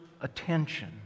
attention